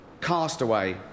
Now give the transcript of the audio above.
*Castaway*